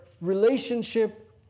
relationship